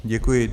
Děkuji.